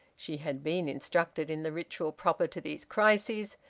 she had been instructed in the ritual proper to these crises,